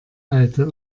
alte